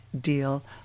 deal